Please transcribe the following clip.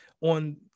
on